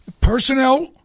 personnel